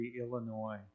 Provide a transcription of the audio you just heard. Illinois